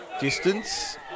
distance